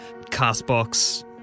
CastBox